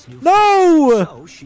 No